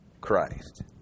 Christ